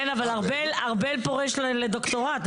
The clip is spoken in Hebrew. לשנות פאזה,